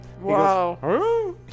Wow